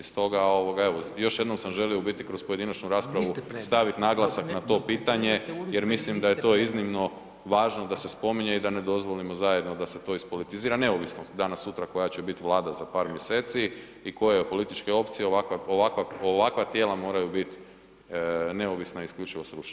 Stoga evo, još jednom sam želio u biti kroz pojedinačnu raspravu staviti naglasak na to pitanje jer mislim da je to iznimno važno da se spominje i da ne dozvolimo zajedno da se to ispolitizira, neovisno danas-sutra koja će biti vlada za par mjeseci i koje političke opcije, ovakva tijela moraju biti neovisna i isključivo stručna.